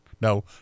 No